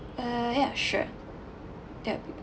uh yeah sure yup